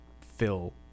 fill